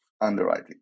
underwriting